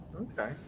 Okay